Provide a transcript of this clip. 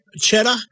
cheddar